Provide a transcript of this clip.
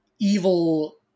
evil